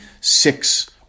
six